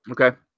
Okay